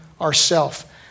ourself